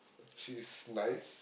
she is nice